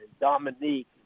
Dominique